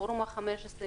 פורום ה-15,